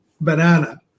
banana